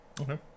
Okay